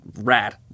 rat